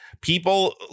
people